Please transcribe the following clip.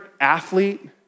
athlete